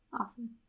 Awesome